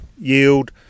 yield